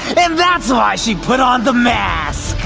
and that's why she put on the mask.